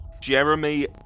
Jeremy